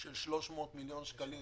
של 300 מיליון שקלים